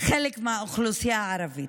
חלק מהאוכלוסייה הערבית.